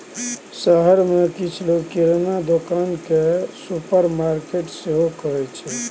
शहर मे किछ लोक किराना दोकान केँ सुपरमार्केट सेहो कहै छै